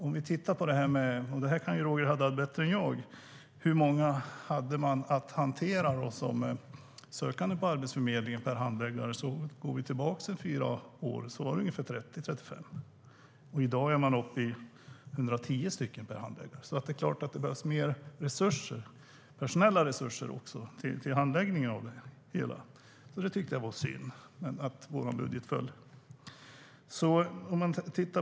Vi kan titta på hur många sökande varje handläggare på Arbetsförmedlingen hade att hantera, och detta kan Roger Haddad bättre än jag. Om vi går tillbaka fyra år i tiden var det 30-35 per handläggare. I dag är det 110 per handläggare. Då är det klart att det behövs mer resurser och också personella resurser till handläggningen. Därför tycker jag att det var synd att vårt förslag till budget föll.